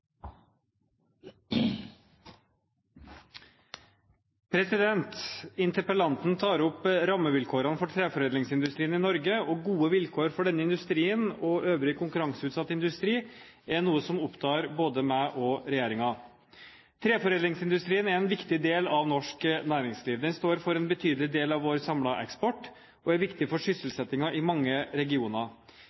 Interpellanten tar opp rammevilkårene for treforedlingsindustrien i Norge. Gode vilkår for denne industrien og øvrig konkurranseutsatt industri er noe som opptar både meg og regjeringen. Treforedlingsindustrien er en viktig del av norsk næringsliv. Den står for en betydelig del av vår samlede eksport og er viktig for sysselsettingen i mange regioner.